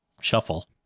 shuffle